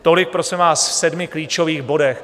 Tolik, prosím vás, v sedmi klíčových bodech.